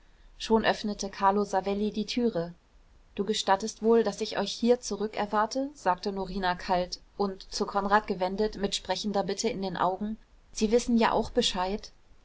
schon öffnete carlo savelli die türe du gestattest wohl daß ich euch hier zurückerwarte sagte norina kalt und zu konrad gewendet mit sprechender bitte in den augen sie wissen ja auch bescheid